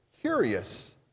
curious